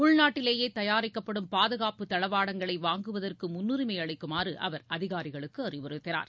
உள்நாட்டிலேயேதயாரிக்கப்படும் பாதுகாப்பு தளவாடங்களைவாங்குவதற்குமுன்னுரிமைஅளிக்குமாறுஅவர் அதிகாரிகளுக்குஅறிவுறுத்தினார்